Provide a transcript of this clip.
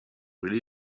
really